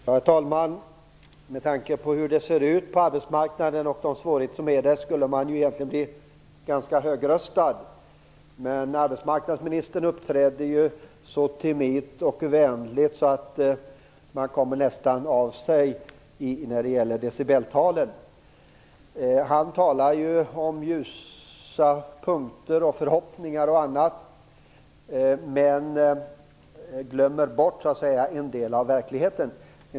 Herr talman! Med tanke på hur det ser ut på arbetsmarknaden och de svårigheter som finns där skulle man egentligen bli ganska högröstad. Men arbetsmarknadsministern uppträdde ju så timitt och vänligt att man nästan kommer av sig när det gäller decibeltalen. Han talade om ljuspunkter, förhoppningar och annat, men han glömmer en del av verkligheten.